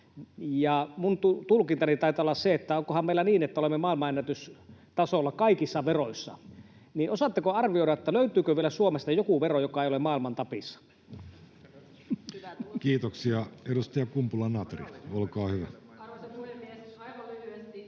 — minun tulkintani taitaa olla se, että onkohan meillä niin, että olemme maailmanennätystasolla kaikissa veroissa — niin osaatteko arvioida, että löytyykö vielä Suomesta joku vero, joka ei ole maailman tapissa? [Speech 259] Speaker: Jussi